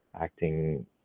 acting